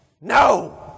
No